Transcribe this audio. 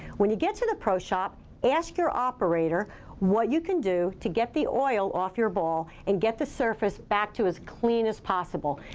when you get to the pro shop, ask your operator what you can do to get the oil off your ball and get the surface back to as clean as possible.